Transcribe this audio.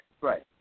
Right